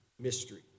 mystery